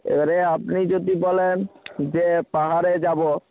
এবারে আপনি যদি বলেন যে পাহাড়ে যাব